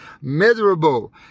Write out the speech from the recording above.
miserable